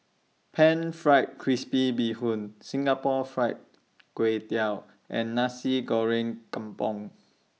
Pan Fried Crispy Bee Hoon Singapore Fried Kway Tiao and Nasi Goreng Kampung